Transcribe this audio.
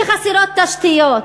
שחסרות בהן תשתיות,